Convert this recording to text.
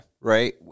Right